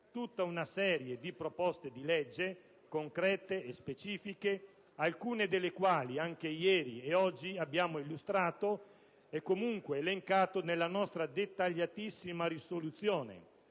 tutta una serie di proposte di legge, concrete e specifiche, alcune delle quali anche ieri ed oggi abbiamo illustrato e comunque elencato nella nostra dettagliatissima proposta